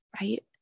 right